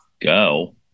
go